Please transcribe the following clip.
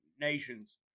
Nations